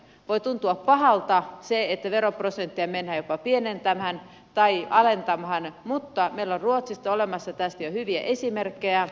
voi tuntua pahalta se että veroprosentteja mennään jopa pienentämään tai alentamaan mutta meillä on ruotsista olemassa tästä jo hyviä esimerkkejä